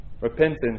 Repentance